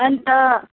अन्त